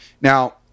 Now